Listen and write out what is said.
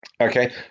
Okay